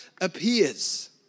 appears